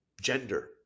gender